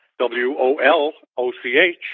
W-O-L-O-C-H